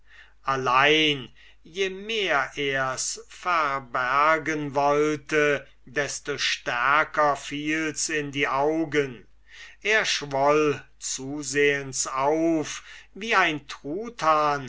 allein je mehr er's verbergen wollte desto stärker fiel's in die augen er schwoll zusehends auf wie ein truthahn